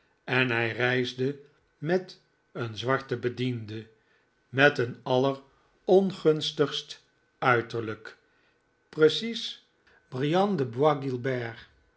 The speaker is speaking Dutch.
en hij reisde met een zwarten bediende met een allerongunstigst uiterlijk precies brian